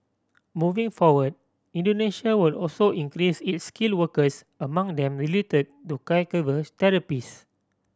moving forward Indonesia will also increase its skilled workers among them related to caregivers therapists